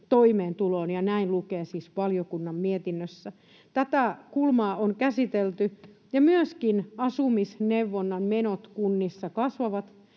toimeentuloon — ja näin lukee siis valiokunnan mietinnössä. Tätä kulmaa on käsitelty, ja myöskin asumisneuvonnan menot kunnissa kasvavat.